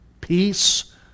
Peace